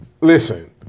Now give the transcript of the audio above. Listen